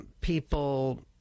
people